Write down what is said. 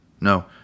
No